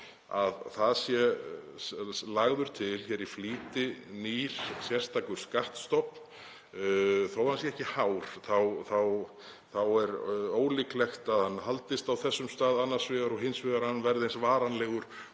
að það sé lagður til í flýti nýr sérstakur skattstofn. Þótt hann sé ekki hár þá er ólíklegt að hann haldist á þessum stað annars vegar og hins vegar að hann verði eins varanlegur